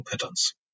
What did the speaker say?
patterns